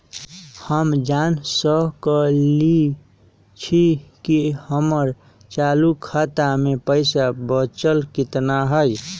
हम जान सकई छी कि हमर चालू खाता में पइसा बचल कितना हई